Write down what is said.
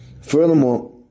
Furthermore